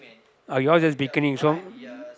are you all just bikini so